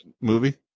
movie